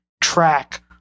track